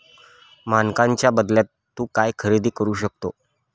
मानकांच्या बदल्यात तू काय खरेदी करू शकतो?